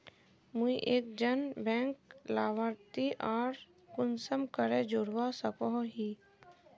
मुई एक जन बैंक लाभारती आर कुंसम करे जोड़वा सकोहो ही?